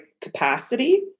capacity